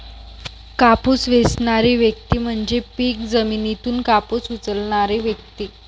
कापूस वेचणारी व्यक्ती म्हणजे पीक जमिनीतून कापूस उचलणारी व्यक्ती